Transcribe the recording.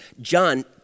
John